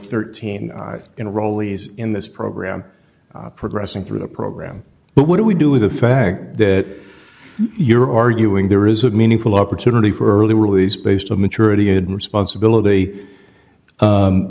enrollees in this program progressing through the program but what do we do with the fact that you're arguing there is a meaningful opportunity for early release based on maturity and responsibility